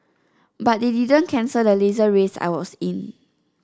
but they didn't cancel the Laser race I was in